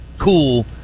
cool